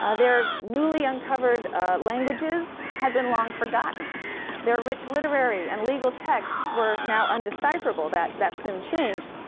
ah their newly uncovered languages had been long forgotten their rich literary and legal texts were now indecipherable. that that soon changed.